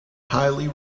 highly